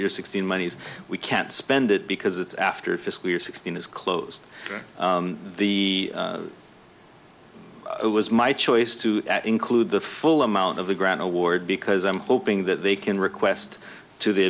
year sixteen moneys we can't spend it because it's after physically or sixteen is closed the it was my choice to include the full amount of the grant award because i'm hoping that they can request to the